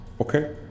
Okay